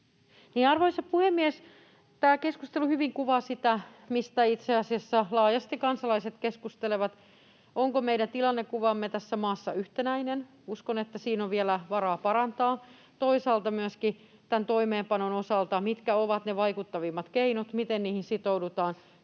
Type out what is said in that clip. Arvoisa puhemies! Tämä keskustelu kuvaa hyvin sitä, mistä itse asiassa kansalaiset laajasti keskustelevat: Onko meidän tilannekuvamme tässä maassa yhtenäinen? Uskon, että siinä on vielä varaa parantaa. Toisaalta myöskin tämän toimeenpanon osalta, mitkä ovat ne vaikuttavimmat keinot, miten niihin sitoudutaan,